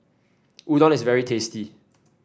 Udon is very tasty